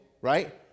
right